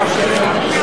נתקבלה.